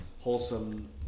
wholesome